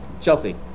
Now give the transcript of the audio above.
Chelsea